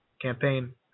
campaign